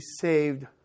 saved